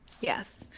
Yes